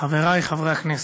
אדוני השר, חברי חברי הכנסת,